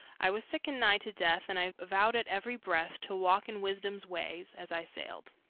i was sick and nigh to death, and i vowed at every breath, to walk in wisdom's ways, as i sailed.